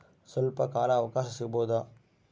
ಸ್ವಲ್ಪ ಕಾಲ ಅವಕಾಶ ಸಿಗಬಹುದಾ?